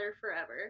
forever